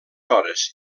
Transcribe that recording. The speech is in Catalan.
hores